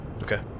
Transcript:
Okay